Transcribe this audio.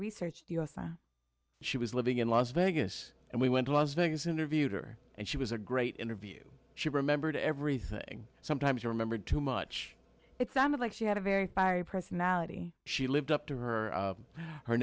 research she was living in las vegas and we went to las vegas interviewed her and she was a great interview she remembered everything sometimes you remembered too much it some of like she had a very fiery personality she lived up to her